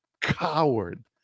coward